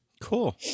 cool